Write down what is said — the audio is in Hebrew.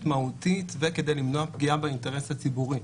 מהותית וכדי למנוע פגיעה באינטרס הציבורי.